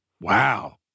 Wow